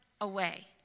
away